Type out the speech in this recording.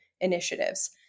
initiatives